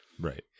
Right